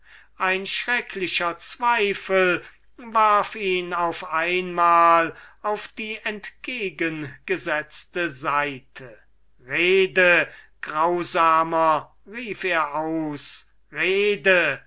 ein schrecklicher zweifel warf ihn auf einmal auf die entgegengesetzte seite rede grausamer rief er aus rede